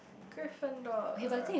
Griffindor a